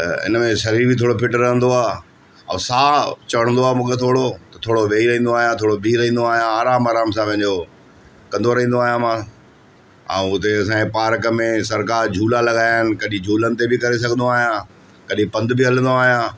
इन में शरीर बि थोरो फिट रहंदो आहे ऐं साह चढ़ंदो आहे मूंखे थोरो थोरो वेही रहींदो आहियां थोरो बिह रहींदो आहियां आराम आराम सां पंहिंजो कंदो रहींदो आहियां मां ऐं उते असांंजे पारक में सरकार झूला लॻायां आहिनि कॾहिं झूलनि ते बि करे सघंदो आहियां कॾहिं पंध बि हलंदो आहियां